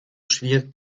schwierig